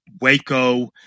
waco